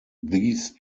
these